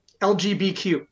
LGBTQ